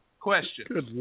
questions